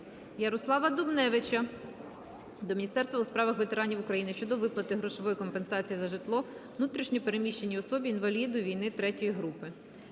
Ярослава Дубневича до Міністерства у справах ветеранів України щодо виплати грошової компенсації за житло внутрішньо переміщеній особі, інваліду війни 3-ї групи.